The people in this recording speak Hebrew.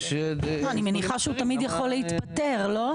אני מניחה שהוא תמיד יכול להתפטר לא?